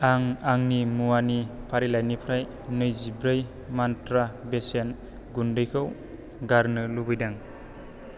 आं आंनि मुवानि फारिलाइनिफ्राय नैजिब्रै मन्त्रा बेसन गुन्दैखौ गारनो लुबैदों